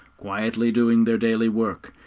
quietly doing their daily work,